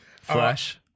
Flash